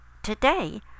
today